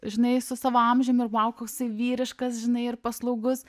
žinai su savo amžiumi ir vau koksai vyriškas žinai ir paslaugus